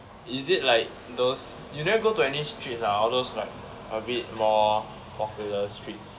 is it like those you never go to any streets ah all those like a bit more popular streets